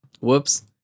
whoops